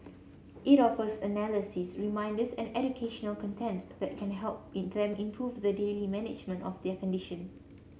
it offers analyses reminders and educational content that can help be them improve the daily management of their condition